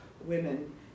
women